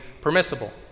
permissible